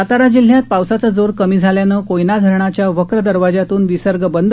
सातारा जिल्ह्यात पावसाचा जोर कमी झाल्यानं कोयना धरणाच्या वक्र दरवाजातून विसर्ग बंद